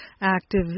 active